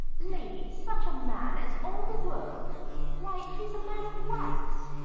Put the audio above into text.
lady, such a man as all the world why he's a man of wax.